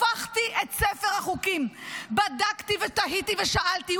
הפכתי את ספר החוקים, בדקתי ותהיתי ושאלתי.